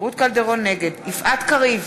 נגד יפעת קריב,